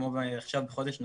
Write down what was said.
כמו עכשיו בחודש נובמבר,